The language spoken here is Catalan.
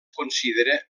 considera